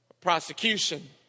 prosecution